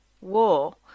war